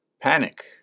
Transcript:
panic